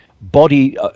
body